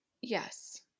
Yes